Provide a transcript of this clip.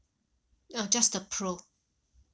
uh just the pro